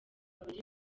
babiri